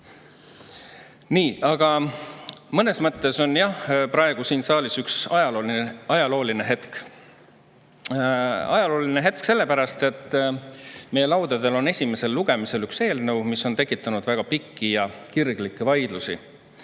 lehel. Aga mõnes mõttes on jah praegu siin saalis ajalooline hetk. Ajalooline hetk sellepärast, et meie laudadel on esimesel lugemisel eelnõu, mis on tekitanud väga pikki ja kirglikke vaidlusi.